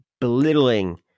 belittling